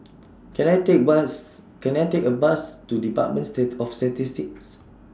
Can I Take Bus Can I Take A Bus to department of Statistics